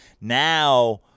now